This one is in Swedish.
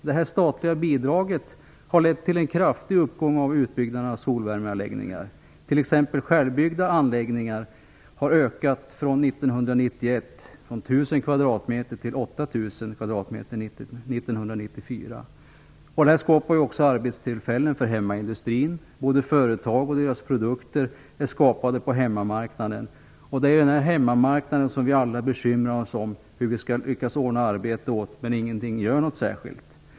Det statliga bidraget har lett till en kraftig uppgång av utbyggnaden av solvärmeanläggningar, t.ex. har egenuppförda anläggningar ökat i storlek från 1 000 kvadratmeter 1991 till 8 000 kvadratmeter 1994. Det skapar också arbetstillfällen för hemmaindustrin. Både företag och deras produkter är skapade på hemmamarknaden. Hur vi skall lyckas skapa arbeten på hemmamarknaden bekymrar vi alla oss om men gör ingenting särskilt.